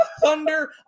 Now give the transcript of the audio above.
Thunder